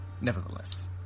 Nevertheless